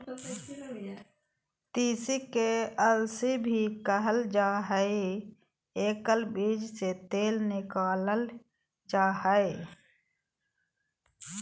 तीसी के अलसी भी कहल जा हइ एकर बीज से तेल निकालल जा हइ